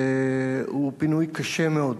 והוא פינוי קשה מאוד,